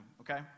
Okay